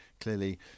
clearly